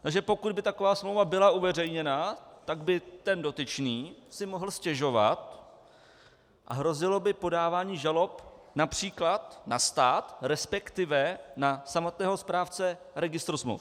Takže pokud by taková smlouva byla uveřejněna, tak by ten dotyčný si mohl stěžovat a hrozilo by podávání žalob například na stát, resp. na samotného správce registru smluv.